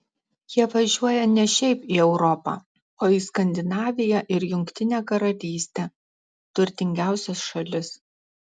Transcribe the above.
jie važiuoja ne šiaip į europą o į skandinaviją ir jungtinę karalystę turtingiausias šalis